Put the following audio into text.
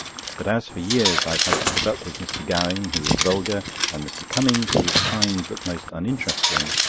but as for years i have had to put up with mr. gowing, who is vulgar, and mr. cummings, who is kind but most uninteresting,